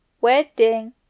wedding